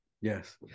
Yes